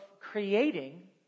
creating